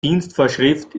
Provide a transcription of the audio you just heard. dienstvorschrift